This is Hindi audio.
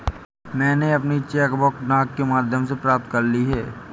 मैनें अपनी चेक बुक डाक के माध्यम से प्राप्त कर ली है